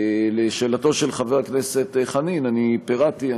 לשאלתו של חבר הכנסת חנין, אני פירטתי.